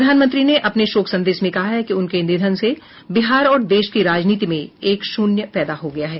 प्रधानमंत्री ने अपने शोक संदेश में कहा है कि उनके निधन से बिहार और देश की राजनीति में एक शून्य पैदा हो गया है